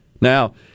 now